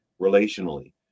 relationally